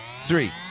Three